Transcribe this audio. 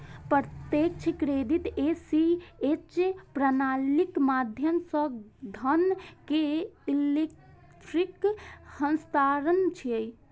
प्रत्यक्ष credit ACH प्रणालीक माध्यम सं धन के इलेक्ट्रिक हस्तांतरण छियै